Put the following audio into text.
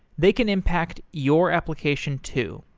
they can impact your application too.